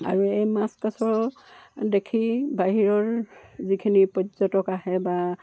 আৰু এই মাছ কাছ দেখি বাহিৰৰ যিখিনি পৰ্যটক আহে বা